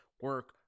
Work